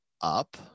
up